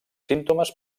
símptomes